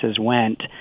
went